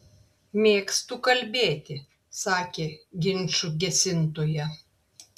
mėgstu kalbėti sakė ginčų gesintoja